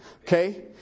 Okay